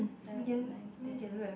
seven eight nine ten